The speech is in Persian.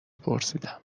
پرسیدم